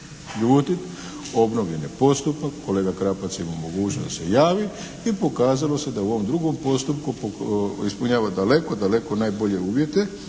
ljutiti. Obnovljen je postupak. Kolega Krapac ima mogućnost se javiti i pokazalo se da je u ovom drugom postupku ispunjava daleko, daleko najbolje uvjete.